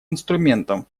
инструментом